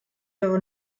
your